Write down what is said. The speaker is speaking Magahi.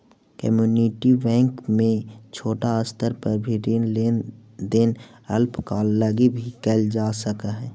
कम्युनिटी बैंक में छोटा स्तर पर भी ऋण लेन देन अल्पकाल लगी भी कैल जा सकऽ हइ